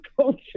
culture